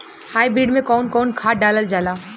Hybrid में कउन कउन खाद डालल जाला?